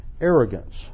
arrogance